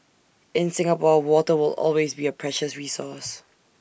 in Singapore water will always be A precious resource